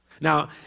Now